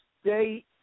State